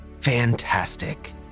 Fantastic